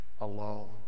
alone